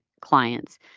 clients